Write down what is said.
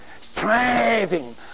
Striving